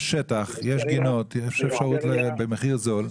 יש שטח, יש גינות, יש אפשרות ובמחיר זול.